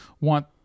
want